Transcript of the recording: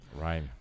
Right